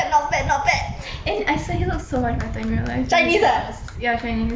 and I swear he looks so much better in real life than his photos ya chinese